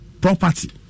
property